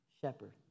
shepherd